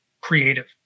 creative